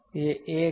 यह एक है